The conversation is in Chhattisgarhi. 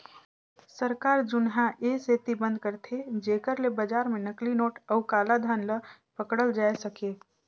सरकार जुनहा ए सेती बंद करथे जेकर ले बजार में नकली नोट अउ काला धन ल पकड़ल जाए सके